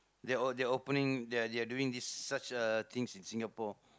they're they're opening they're they're doing this such a things in Singapore